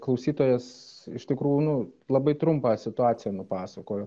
klausytojas iš tikrųjų nu labai trumpą situaciją nupasakojo